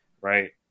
right